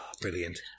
Brilliant